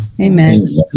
Amen